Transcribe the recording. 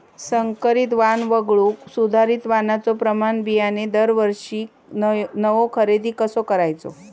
संकरित वाण वगळुक सुधारित वाणाचो प्रमाण बियाणे दरवर्षीक नवो खरेदी कसा करायचो?